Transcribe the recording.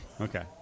okay